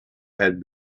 had